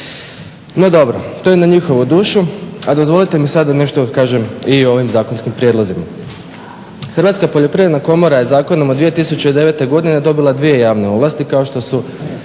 No, dobro, to je na njihovu dušu. A dozvolite mi da sada nešto kažem i o ovim zakonskim prijedlozima. Hrvatske poljoprivredne komora je zakonom od 2009. Godine dobila dvije javne ovlasti kao što su